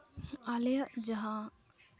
ᱟᱞᱮᱭᱟᱜ ᱡᱟᱦᱟᱸ